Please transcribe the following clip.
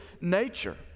nature